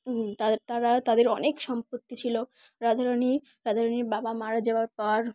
তাদের তারা তাদের অনেক সম্পত্তি ছিল রাধারণীর রাধারণীর বাবা মারা যাওয়ার পর